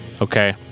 okay